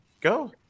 Go